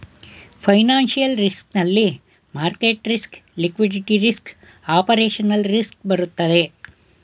financial risk ನಲ್ಲಿ market risk, liquidity risk, operational risk ಬರುತ್ತದೆ